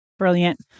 Brilliant